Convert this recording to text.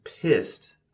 pissed